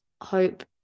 hope